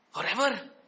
Forever